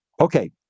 Okay